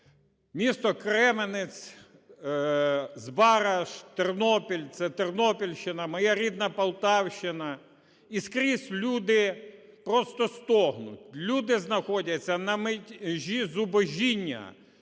місто Кременець, Збараж, Тернопіль. Це Тернопільщина, моя рідна Полтавщина. І скрізь люди просто стогнуть, люди знаходяться на межі зубожіння,